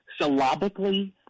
syllabically